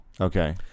Okay